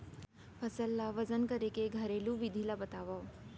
फसल ला वजन करे के घरेलू विधि ला बतावव?